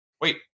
Wait